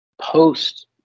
post